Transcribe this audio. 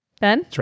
Ben